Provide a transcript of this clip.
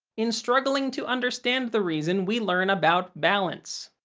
in struggling to understand the reason, we learn about balance.